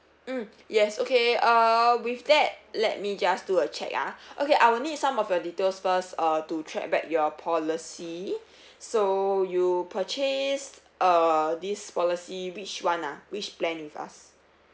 mm yes okay uh with that let me just do a check ah okay I will need some of your details first uh to track back your policy so you purchased uh this policy which [one] ah which plan with us